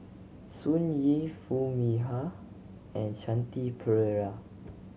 Sun Yee Foo Mee Har and Shanti Pereira